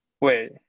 Wait